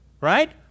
right